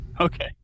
Okay